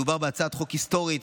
מדובר בהצעת חוק היסטורית,